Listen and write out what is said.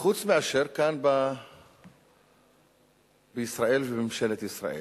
חוץ מאשר כאן בישראל, ובממשלת ישראל,